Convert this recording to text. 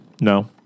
No